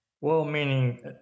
well-meaning